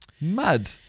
Mad